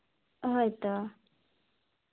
ᱦᱳᱭ ᱛᱚ